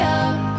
up